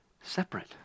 separate